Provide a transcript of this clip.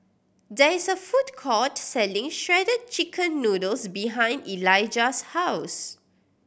there is a food court selling Shredded Chicken Noodles behind Elijah's house